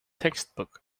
textbook